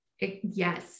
Yes